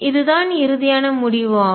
இது தான் இறுதியான முடிவு ஆகும்